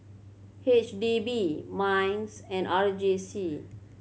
H D B MINDS and R J C